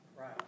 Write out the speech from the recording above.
Right